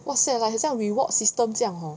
!wahseh! like 好像 reward system 这样 hor